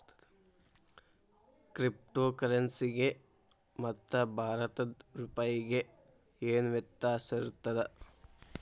Crypto ಕರೆನ್ಸಿಗೆ ಮತ್ತ ಭಾರತದ್ ರೂಪಾಯಿಗೆ ಏನ್ ವ್ಯತ್ಯಾಸಿರ್ತದ?